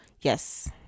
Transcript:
Yes